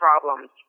problems